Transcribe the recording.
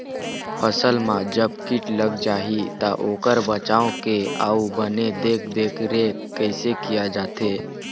फसल मा जब कीट लग जाही ता ओकर बचाव के अउ बने देख देख रेख कैसे किया जाथे?